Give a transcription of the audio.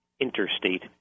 interstate